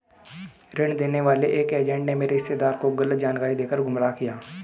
ऋण देने वाले एक एजेंट ने मेरे रिश्तेदार को गलत जानकारी देकर गुमराह किया